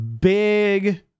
Big